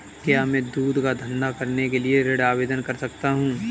क्या मैं दूध का धंधा करने के लिए ऋण आवेदन कर सकता हूँ?